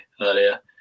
earlier